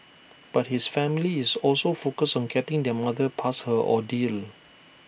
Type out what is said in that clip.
but his family is also focused on getting their mother past her ordeal